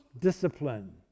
discipline